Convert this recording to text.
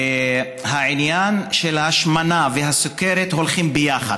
העניין של ההשמנה והסוכרת הולכים ביחד: